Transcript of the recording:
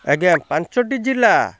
ଆଜ୍ଞା ପାଞ୍ଚଟି ଜିଲ୍ଲା